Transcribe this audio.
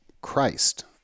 Christ